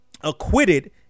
acquitted